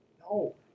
No